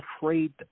afraid